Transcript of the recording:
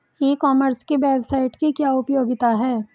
ई commerce की website की क्या उपयोगिता है?